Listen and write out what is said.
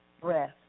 Breath